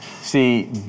See